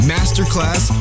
Masterclass